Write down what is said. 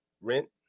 rent